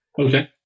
Okay